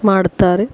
ಮಾಡ್ತಾರೆ